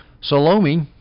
Salome